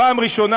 פעם ראשונה,